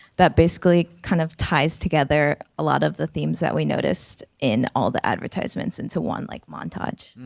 that basically kind of ties together a lot of the themes that we noticed in all the advertisements into one like montage.